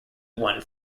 one